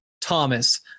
Thomas